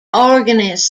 organist